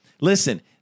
Listen